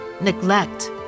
neglect